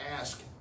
ask